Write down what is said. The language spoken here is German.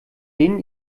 denen